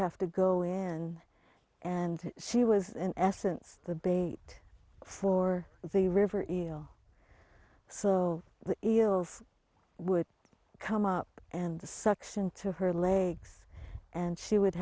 have to go in and she was in essence the bait for the river is so eels would come up and the suction to her legs and she would